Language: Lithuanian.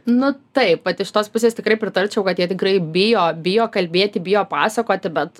nu taip vat iš tos pusės tikrai pritarčiau kad jie tikrai bijo bijo kalbėti bijo pasakoti bet